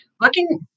looking